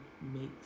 makes